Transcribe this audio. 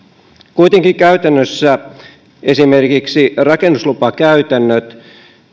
kuitenkin käytännössä esimerkiksi rakennuslupakäytännöt